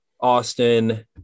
Austin